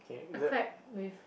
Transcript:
yeah a crab with